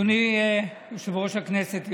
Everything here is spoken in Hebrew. אדוני יושב-ראש הכנסת,